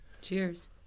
Cheers